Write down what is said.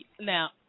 Now